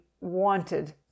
wanted